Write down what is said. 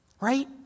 Right